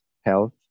health